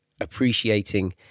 appreciating